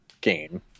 game